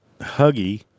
huggy